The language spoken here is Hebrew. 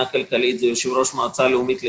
כלכלית זה יושב-ראש המועצה הלאומית לכלכלה,